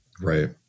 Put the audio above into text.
Right